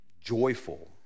joyful